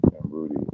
Rudy